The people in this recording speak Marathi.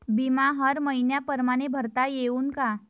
बिमा हर मइन्या परमाने भरता येऊन का?